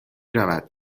رود